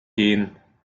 gehen